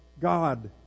God